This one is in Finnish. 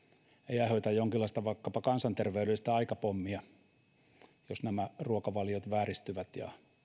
ei aiheuta jonkinlaista vaikkapa kansanterveydellistä aikapommia jos nämä ruokavaliot vääristyvät ja